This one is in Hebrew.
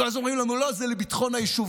ואז אומרים לנו: לא, זה לביטחון היישובים.